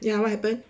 ya what happened